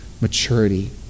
maturity